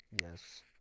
Yes